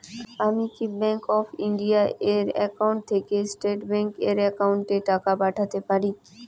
আমি কি Bank of India এর একাউন্ট থেকে স্টেট ব্যাংক এর একাউন্টে টাকা পাঠাতে পারি?